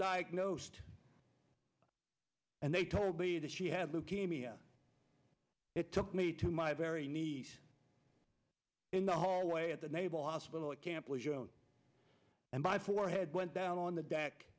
diagnosed and they told me that she had leukemia it took me to my very nice in the hallway at the naval hospital at camp and my forehead went down on the deck